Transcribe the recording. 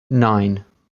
nine